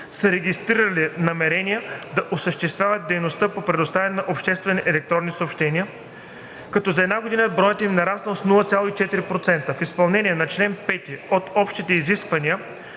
са регистрирали намерение да осъществяват дейност по предоставяне на обществени електронни съобщения, като за една година броят им е нараснал с 0,4%. В изпълнение на чл. 5 от Общите изисквания